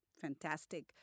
Fantastic